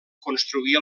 construir